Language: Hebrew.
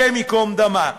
השם ייקום דמה.